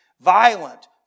violent